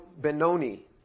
Benoni